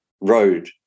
road